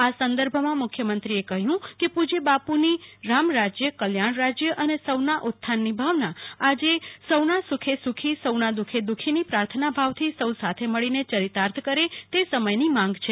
આ સંદર્ભમાં મુખ્યમંત્રીએ કહ્યું કે પ્ર શ્ર્ય બાપુની રામ રાજ્યકલ્યાણ રાજ્ય અને સૌના ઉત્થાનની ભાવના આજે સૌના સુખે સુખી સૌના દુઃખે દુઃખીની પ્રાર્થના ભાવથી સૌ સાથે મળીને યરિતાર્થ કરે તે સમયની માંગ છે